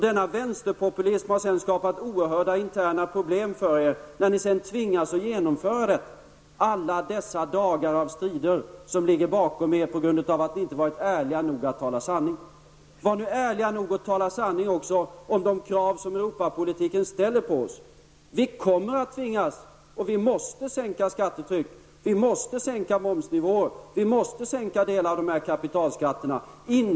Denna vänsterpopulism har sedan skapat oerhörda interna problem för er när ni tvingas att genomföra detta. Alla dessa dagar av strider som ligger bakom er på grund av att ni inte har varit ärliga nog att tala sanning! Var nu ärliga nog att tala sanning också om de krav som Europapolitiken ställer på oss. Vi kommer att tvingas sänka och måste sänka skattetrycket. Vi måste sänka momsnivåer och en del av dessa kapitalskatter.